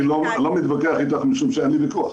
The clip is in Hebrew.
אני לא מתווכח אתך משום שאין לי ויכוח,